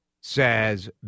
says